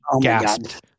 gasped